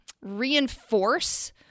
reinforce